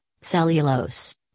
cellulose